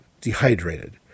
dehydrated